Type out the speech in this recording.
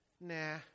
nah